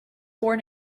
born